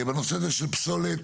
בנושא של פסולת